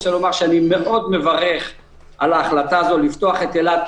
אני רוצה לומר שאני מאוד מברך על ההחלטה הזאת לפתוח את אילת,